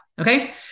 okay